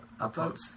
upvotes